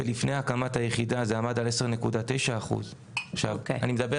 ולפני הקמת היחידה זה עמד על 10.9% - אני מדבר